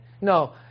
No